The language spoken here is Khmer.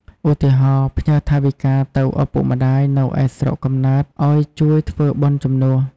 ឧទាហរណ៍ ផ្ញើថវិកាទៅឪពុកម្ដាយនៅឯស្រុកកំណើតឱ្យជួយធ្វើបុណ្យជំនួស។